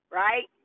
right